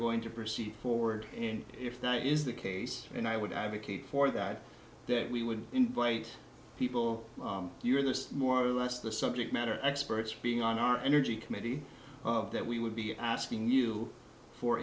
going to proceed forward and if that is the case and i would advocate for that that we would invite people to your list more or less the subject matter experts being on our energy committee that we would be asking you for